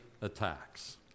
attacks